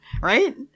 right